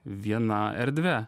viena erdve